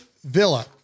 Villa